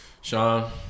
Sean